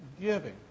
giving